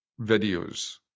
videos